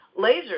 lasers